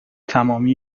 تمامی